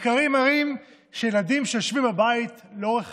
מחקרים מראים שילדים שיושבים בבית לאורך